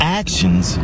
actions